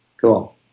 Cool